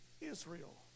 Israel